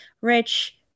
Rich